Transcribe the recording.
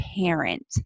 parent